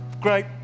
great